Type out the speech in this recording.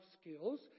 skills